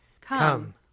Come